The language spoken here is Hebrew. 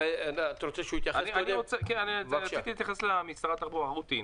אני רציתי להתייחס למשרד התחבורה, רותי.